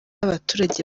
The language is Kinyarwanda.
abaturage